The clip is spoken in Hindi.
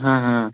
हाँ हाँ